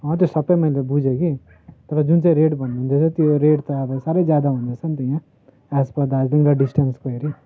हो त्यो सबै मैले बुझेँ कि तर जुन चाहिँ रेट भन्नु हुँदैछ त्यो रेट त अब साह्रै ज्यादा हुने रहेछ नि त यहाँ एज पर दार्जिलिङ र डिस्टेन्सको हेरी